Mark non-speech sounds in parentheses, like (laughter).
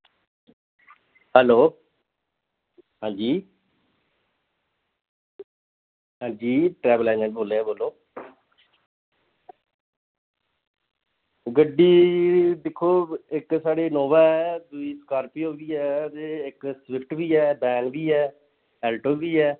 hello हां जी हां जी ट्रैवल आह्ला बोलै दे बोलो गड्डी दिक्खो इक साढ़ी इनोवा ऐ दूई स्कार्पियो बी ऐ ते इक स्विफ्ट बी ऐ ते (unintelligible) बी ऐ आल्टो बी ऐ